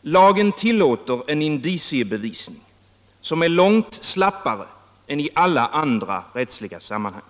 Lagen tillåter en indiciebevisning, som är långt slappare än i alla andra rättsliga sammanhang.